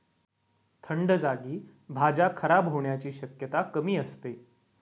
थंड जागी भाज्या खराब होण्याची शक्यता कमी असते